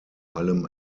allem